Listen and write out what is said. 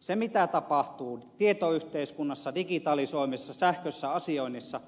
se mitä tapahtuu tietoyhteiskunnassa digitalisoimisessa sähköisessä asioinnissa